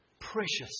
Precious